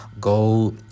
go